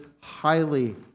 highly